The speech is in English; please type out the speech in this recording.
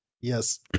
yes